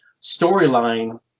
storyline